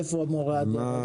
איפה מורי הדרך?